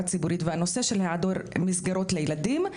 ציבורית והנושא של היעדר מסגרות לילדים.